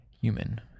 human